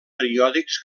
periòdics